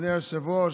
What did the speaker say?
אדוני היושב-ראש.